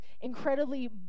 incredibly